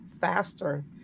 faster